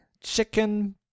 chicken